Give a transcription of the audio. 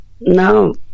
No